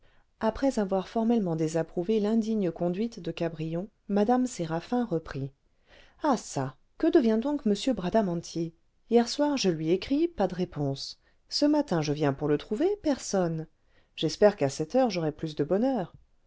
après avoir formellement désapprouvé l'indigne conduite de cabrion mme séraphin reprit ah çà que devient donc m bradamanti hier soir je lui écris pas de réponse ce matin je viens pour le trouver personne j'espère qu'à cette heure j'aurai plus de bonheur